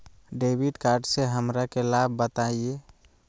Debit card से हमरा के लाभ बताइए?